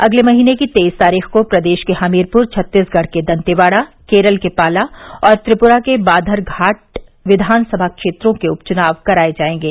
अगले महीने की तेईस तारीख को प्रदेश के हमीरपुर छत्तीसगढ़ के दंतेवाड़ा केरल के पाला और त्रिपुरा के बाधरघाट विधानसभा क्षेत्रों के उपचुनाव कराए जाएंगे